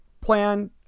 plan